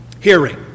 Hearing